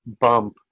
bump